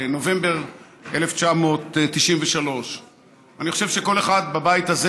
בנובמבר 1993. אני חושב שכל אחד בבית הזה